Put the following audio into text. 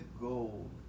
gold